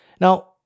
Now